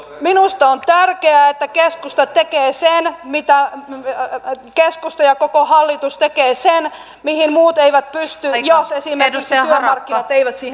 minusta on tärkeää että keskusta ja koko hallitus tekee sen mihin muut eivät pysty jos esimerkiksi työmarkkinat eivät siihen pysty